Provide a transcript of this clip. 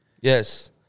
Yes